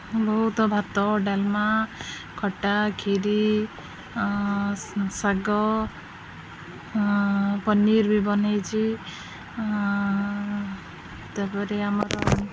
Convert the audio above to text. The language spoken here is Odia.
ବହୁତ ଭାତ ଡାଲମା ଖଟା ଖିରି ଶାଗ ପନିର ବି ବନାଇଛି ତା'ପରେ ଆମର